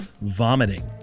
vomiting